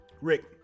Rick